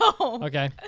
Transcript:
okay